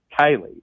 Kaylee